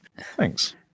Thanks